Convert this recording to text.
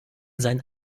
sein